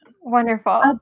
Wonderful